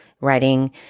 writing